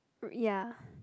uh ya